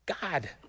God